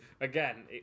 again